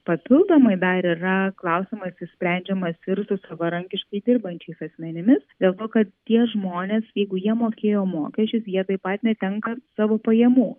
papildomai dar yra klausimas išsprendžiamas ir su savarankiškai dirbančiais asmenimis dėl to kad tie žmonės jeigu jie mokėjo mokesčius jie taip pat netenka savo pajamų